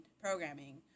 programming